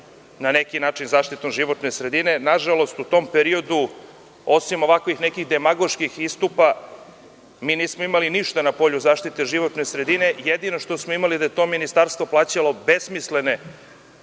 na neki način, zaštitom životne sredine. Na žalost, u tom periodu, osim ovakvih nekih demagoških istupa, nismo imali ništa na polju zaštite životne sredine. Jedino što smo imali je da je to ministarstvo plaćalo besmislene